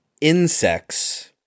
insects